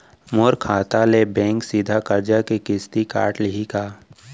मोर खाता ले बैंक सीधा करजा के किस्ती काट लिही का?